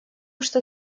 что